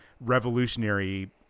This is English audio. revolutionary